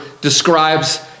describes